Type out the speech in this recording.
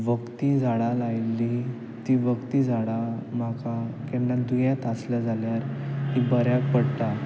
वखदी झाडां लायलीं ती वखदी झाडां म्हाका केन्ना दुयेंत आसले जाल्यार ती बऱ्याक पडटा